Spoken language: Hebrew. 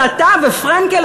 ואתה ופרנקל,